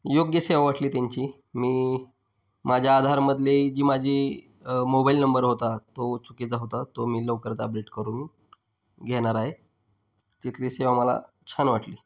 योग्य सेवा वाटली त्यांची मी माझ्या आधारमधले जी माझी मोबाईल नंबर होता तो चुकीचा होता तो मी लवकरच अपडेट करून घेणार आहे तिथली सेवा मला छान वाटली